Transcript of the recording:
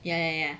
ya ya ya